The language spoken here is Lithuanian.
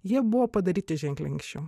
jie buvo padaryti ženkliai anksčiau